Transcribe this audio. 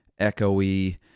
echoey